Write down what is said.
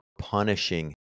punishing